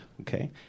okay